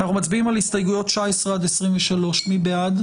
אנחנו מצביעים על הסתייגויות 23-29, מי בעד?